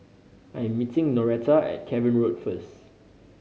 I am meeting Noretta at Cavan Road first